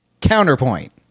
Counterpoint